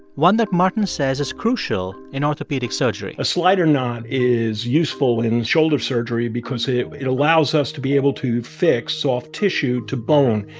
one that martin says is crucial in orthopedic surgery a slider knot is useful in shoulder surgery because it it allows us to be able to fix soft tissue to bone.